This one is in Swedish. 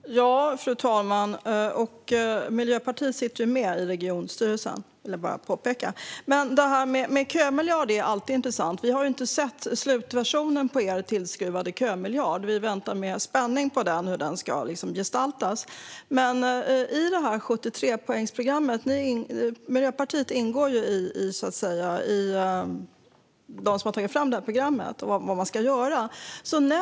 Fru talman! Jag vill bara påpeka att Miljöpartiet sitter i Region Stockholms regionstyrelse. Det här med kömiljard är alltid intressant. Vi har inte sett slutversionen av er tillskruvade kömiljard och väntar med spänning på hur den ska gestalta sig. Miljöpartiet ingår ju i den grupp som har tagit fram 73-punktsprogrammet om vad som ska göras.